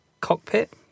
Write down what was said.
cockpit